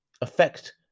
affect